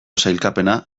sailkapena